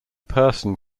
person